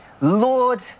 Lord